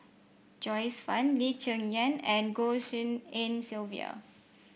Joyce Fan Lee Cheng Yan and Goh Tshin En Sylvia